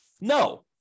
No